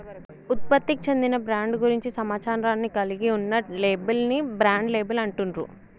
ఉత్పత్తికి చెందిన బ్రాండ్ గురించి సమాచారాన్ని కలిగి ఉన్న లేబుల్ ని బ్రాండ్ లేబుల్ అంటుండ్రు